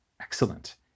Excellent